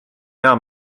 hea